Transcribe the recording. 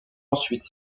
ensuite